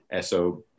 SOP